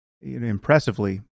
impressively